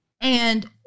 And-